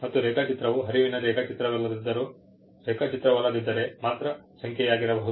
ಮತ್ತು ರೇಖಾಚಿತ್ರವು ಹರಿವಿನ ರೇಖಾಚಿತ್ರವಲ್ಲದಿದ್ದರೆ ಮಾತ್ರ ಸಂಖ್ಯೆಯಾಗಿರಬಹುದು